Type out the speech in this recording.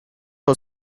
was